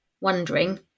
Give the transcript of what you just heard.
wondering